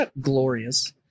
glorious